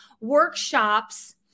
workshops